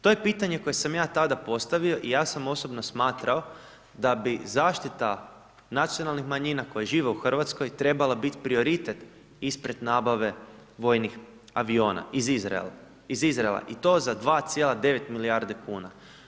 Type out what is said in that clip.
To je pitanje koje sam ja tada postavio i ja sam osobno smatrao da bi zaštita nacionalnih manjina koje žive u Hrvatskoj trebala bit prioritet ispred nabave vojnih aviona iz Izraela, iz Izraela i to za 2,9 milijarde kuna.